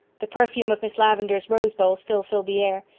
the perfume of miss lavendar's rose bowl still filled the air.